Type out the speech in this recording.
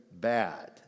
bad